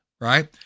right